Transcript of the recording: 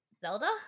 Zelda